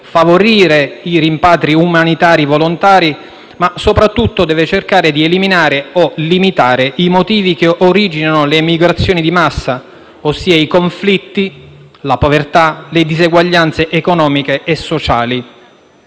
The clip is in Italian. favorire i rimpatri umanitari volontari, ma soprattutto deve cercare di eliminare o limitare i motivi che originano le migrazioni di massa, ossia i conflitti, la povertà, le diseguaglianze economiche e sociali.